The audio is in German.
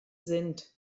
sind